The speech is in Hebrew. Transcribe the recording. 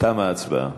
תמה ההצבעה.